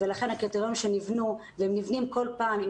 לכן הקריטריונים נבנו והם נבנים כל פעם עם